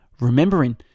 Remembering